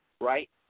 right